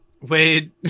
Wade